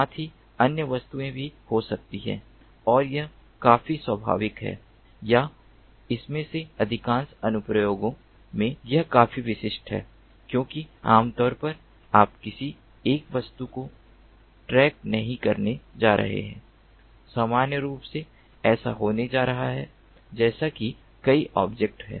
साथ ही अन्य वस्तुएं भी हो सकती हैं और यह काफी स्वाभाविक है या इनमें से अधिकांश अनुप्रयोगों में यह काफी विशिष्ट है क्योंकि आम तौर पर आप किसी एक वस्तु को ट्रैक नहीं करने जा रहे हैं सामान्य रूप से ऐसा होने जा रहा है जैसे कि कई ऑब्जेक्ट हैं